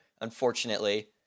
unfortunately